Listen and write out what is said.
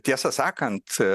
tiesą sakant